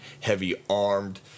heavy-armed